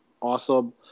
awesome